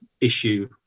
issue